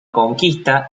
conquista